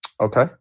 Okay